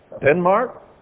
Denmark